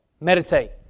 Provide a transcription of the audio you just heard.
Meditate